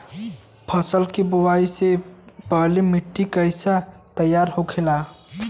फसल की बुवाई से पहले मिट्टी की कैसे तैयार होखेला?